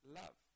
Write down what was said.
love